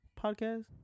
podcast